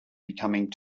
becoming